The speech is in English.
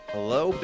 Hello